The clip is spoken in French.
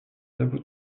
tableau